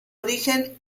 origen